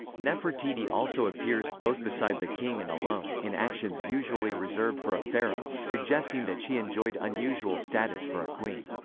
nefertiti also appears, both beside the king and alone, in actions usually reserved for a pharaoh, suggesting that she enjoyed unusual status for a queen.